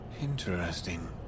Interesting